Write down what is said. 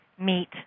meet